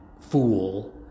fool